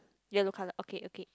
yellow colour okay okay